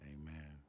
amen